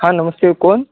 हां नमस्ते कोण